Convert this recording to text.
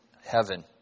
heaven